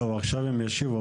עכשיו הם ישיבו.